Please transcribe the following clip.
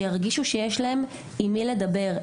שירגישו שיש להם עם מי לדבר.